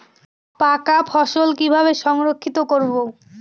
পাকা ফসল কিভাবে সংরক্ষিত করব?